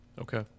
Okay